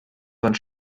sonst